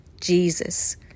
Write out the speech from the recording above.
Jesus